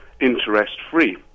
interest-free